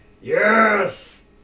Yes